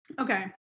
Okay